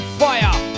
fire